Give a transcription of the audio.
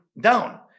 down